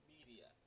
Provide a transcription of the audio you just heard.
Media